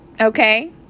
okay